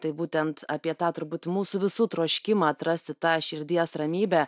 tai būtent apie tą turbūt mūsų visų troškimą atrasti tą širdies ramybę